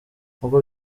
nk’uko